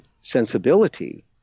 sensibility